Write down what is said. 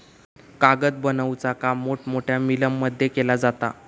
कागद बनवुचा काम मोठमोठ्या मिलमध्ये केला जाता